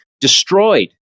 destroyed